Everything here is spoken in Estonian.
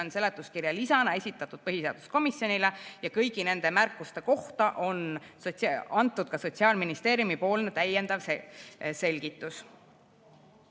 on seletuskirja lisana esitatud põhiseaduskomisjonile. Kõigi nende märkuste kohta on antud ka Sotsiaalministeeriumi täiendav selgitus.